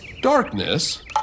darkness